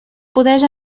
poders